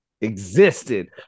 existed